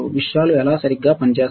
విషయాలు ఎలా సరిగ్గా పనిచేస్తాయి